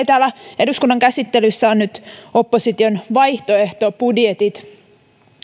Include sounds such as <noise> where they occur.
<unintelligible> täällä eduskunnan käsittelyssä ovat nyt opposition vaihtoehtobudjetit